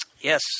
Yes